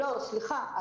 סליחה,